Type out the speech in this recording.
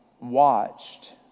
watched